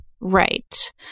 Right